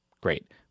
great